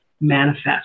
manifest